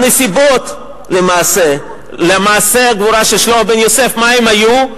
הנסיבות למעשה הגבורה של שלמה בן יוסף, מה הן היו?